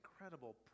incredible